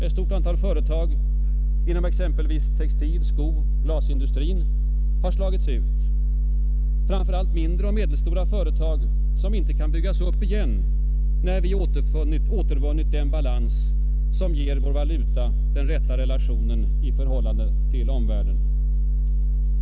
Ett stort antal företag inom exempelvis textil-, skogsoch glasindustrin har slagits ut, framför allt mindre och medelstora företag, som inte kan byggas upp igen när vi återvunnit den balans som ger vår valuta den rätta relationen i omvärlden.